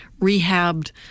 rehabbed